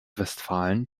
westfalen